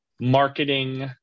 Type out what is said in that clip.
marketing